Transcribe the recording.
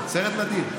סרט אדיר.